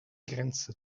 grenze